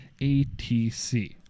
ATC